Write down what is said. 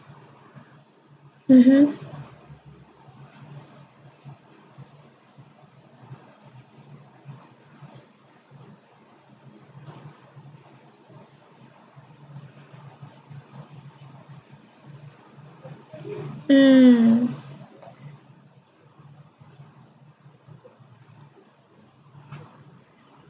mmhmm mm